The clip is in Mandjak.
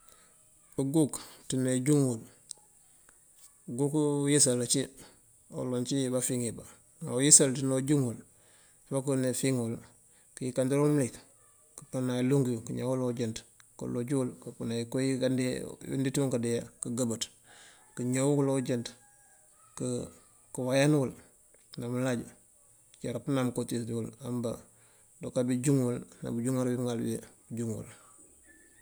Uguk ţina juŋ wul, uguk uyësal aci oloŋ ci wiba fiŋ wi, a- uyësal ţina juŋ wul fokë dune fiŋ wul kêyëkander wul mlik këpëna iluŋ wul këňaw wul oojënţ këloj wul këpënan iko yi ndëţ yunk kadeeya këgëbëţ këňaw wul oojënţ këwayan wul na mlaj këceer pênam koţiës diwul amba kêduka bi juŋ wul na bëjuŋar bimŋal bi juŋë wul.